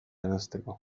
eranzteko